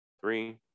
three